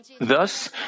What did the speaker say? Thus